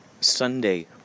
Sunday